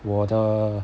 我的